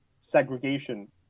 segregation